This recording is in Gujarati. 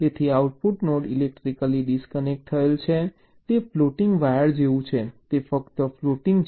તેથી આઉટપુટ નોડ ઇલેક્ટ્રિકલી ડિસ્કનેક્ટ થયેલ છે તે ફ્લોટિંગ વાયર જેવું છે તે ફક્ત ફ્લોટિંગ છે